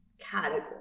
category